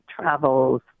travels